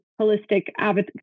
holistic